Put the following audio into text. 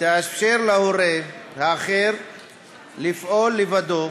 תאפשר להורה האחר לפעול לבדו